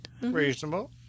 Reasonable